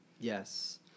Yes